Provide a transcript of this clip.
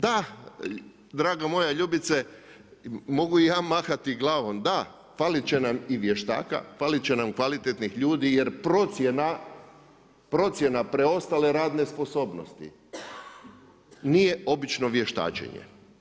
Da draga moja Ljubice, mogu i ja mahati glavom, da faliti će nam i vještaka, faliti će nam i kvalitetnih ljudi, jer procjena preostale radne sposobnosti, nije obično vještačenje.